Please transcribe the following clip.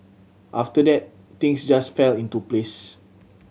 after that things just fell into place